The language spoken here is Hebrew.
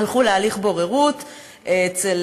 הלכו להליך בוררות אצל,